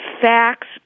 facts